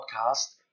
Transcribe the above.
podcast